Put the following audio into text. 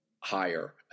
higher